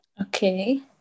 Okay